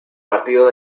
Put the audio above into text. partido